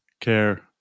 care